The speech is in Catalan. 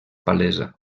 palesa